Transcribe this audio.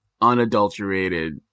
unadulterated